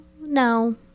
no